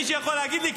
מישהו יכול להגיד לי?